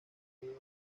vienen